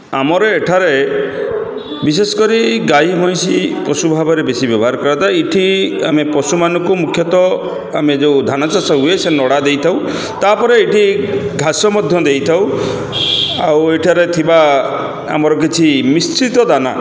ଆମର ଏଠାରେ ବିଶେଷ କରି ଗାଈ ମଇଁଷି ପଶୁ ଭାବରେ ବେଶୀ ବ୍ୟବହାର କରାଯାଏ ଏଠି ଆମେ ପଶୁମାନଙ୍କୁ ମୁଖ୍ୟତଃ ଆମେ ଯେଉଁ ଧାନ ଚାଷ ହୁଏ ସେ ନଡ଼ା ଦେଇଥାଉ ତା'ପରେ ଏଠି ଘାସ ମଧ୍ୟ ଦେଇଥାଉ ଆଉ ଏଠାରେ ଥିବା ଆମର କିଛି ମିଶ୍ରିତ ଦାନା